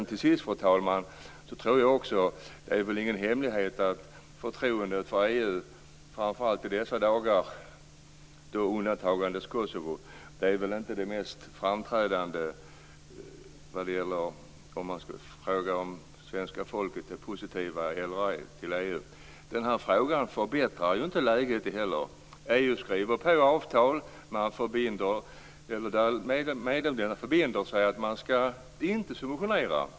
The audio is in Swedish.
Till sist, fru talman, är det ju ingen hemlighet att förtroendet för EU i dessa dagar - undantagandes Kosovo - inte är särskilt framträdande, om man skulle fråga om svenska folket är positivt till EU eller ej. Den här frågan förbättrar inte heller läget. EU skriver alltså på avtal där medlemsländerna förbinder sig att inte subventionera.